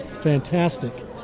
fantastic